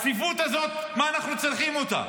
הצפיפות הזאת, מה אנחנו צריכים אותה?